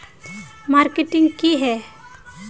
Marketing की है?